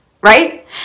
right